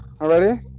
already